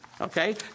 Okay